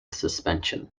suspension